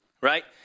Right